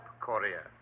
Korea